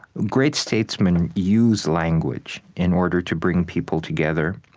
great statesmen use language in order to bring people together.